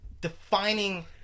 defining